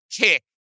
kick